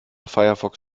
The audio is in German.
firefox